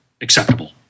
acceptable